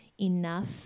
enough